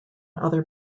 other